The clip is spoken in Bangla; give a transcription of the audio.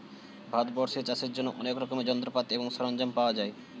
ভারতবর্ষে চাষের জন্য অনেক রকমের যন্ত্রপাতি এবং সরঞ্জাম পাওয়া যায়